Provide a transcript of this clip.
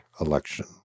election